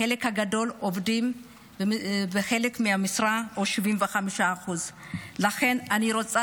חלק גדול עובדים במשרה של 75%. לכן אני רוצה